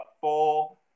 full